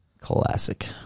Classic